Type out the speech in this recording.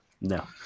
no